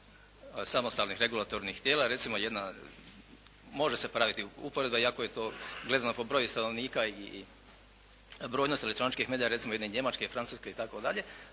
samostalnih, regulatornih tijela. Recimo jedna, može se praviti uporedba iako je to gledano po broju stanovnika i brojnost elektroničkih medija recimo jedne Njemačke, Francuske itd., te